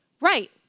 Right